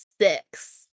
six